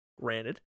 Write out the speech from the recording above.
Granted